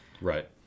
right